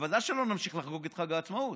בוודאי שלא נמשיך לחגוג את חג העצמאות.